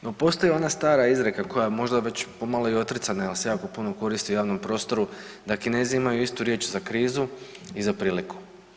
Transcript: No postoji ona stara izreka koja je možda već i otrcana, jer se jako puno koristi u javnom prostoru da Kinezi imaju istu riječ za krizu i za priliku.